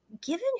given